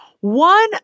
one